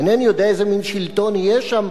אינני יודע איזה מין שלטון יהיה שם,